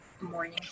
morning